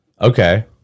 Okay